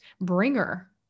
bringer